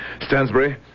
Stansbury